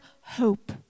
hope